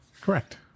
Correct